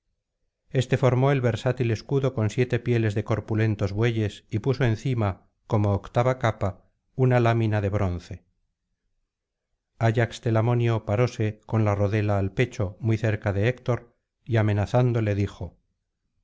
éste formó el versátil escudo con siete pieles de corpulentos bueyes y puso encima como octava capa una lámina de bronce ayax telamonio paróse con la rodela al pecho muy cerca de héctor y amenazándole dijo